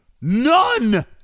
none